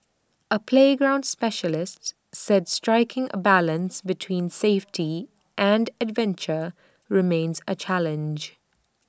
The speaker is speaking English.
A playground specialist said striking A balance between safety and adventure remains A challenge